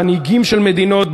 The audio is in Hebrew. מנהיגים של מדינות,